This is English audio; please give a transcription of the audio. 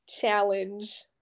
challenge